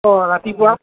অঁ ৰাতিপুৱা